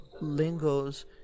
Lingos